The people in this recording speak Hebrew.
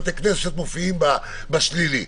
בתי הכנסת מופיעים בשלילי.